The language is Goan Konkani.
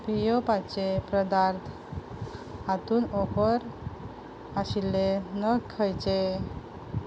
पियोवपाचे प्रदार्थ हातूंत ऑफर आशिल्ले नग खंयचे